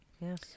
Yes